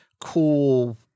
cool